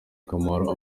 akamaro